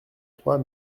trois